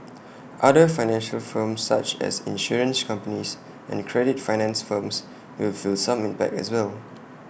other financial firms such as insurance companies and credit finance firms will feel some impact as well